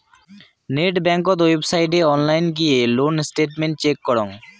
net বেংকত ওয়েবসাইটে online গিয়ে লোন স্টেটমেন্ট চেক করং